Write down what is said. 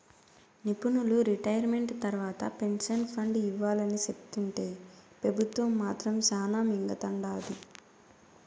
నిపునులు రిటైర్మెంట్ తర్వాత pension fund ఇవ్వాలని సెప్తుంటే పెబుత్వం మాత్రం శానా మింగతండాది